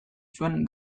zuen